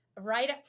right